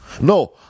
No